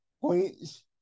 points